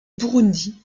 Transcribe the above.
burundi